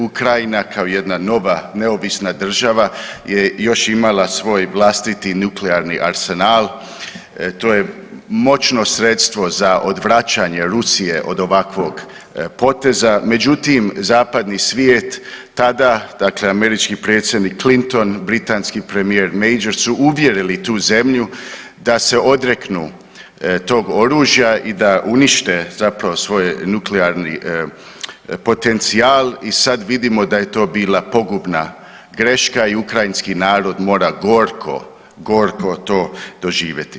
Ukrajina kao jedna nova neovisna država je još imala svoj vlastiti nuklearni arsenal, to je moćno sredstvo za odvraćanje Rusije od ovakvog poteza, međutim, zapadni svijet tada, dakle američki predsjednik Clinton, britanski premijer Major su uvjerili tu zemlju da se odreknu tog oružja i da unište zapravo svoj nuklearni potencijal i sad vidimo da je to bila pogubna greška i ukrajinski narod mora gorko, gorko to doživjeti.